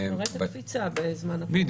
מראה את הקפיצה בזמן הקורונה.